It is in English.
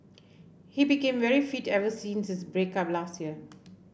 he became very fit ever since his break up last year